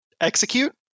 Execute